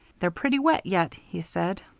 they're pretty wet yet, he said.